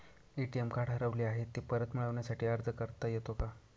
ATM card हरवले आहे, ते परत मिळण्यासाठी अर्ज करता येतो का?